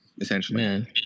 essentially